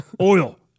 Oil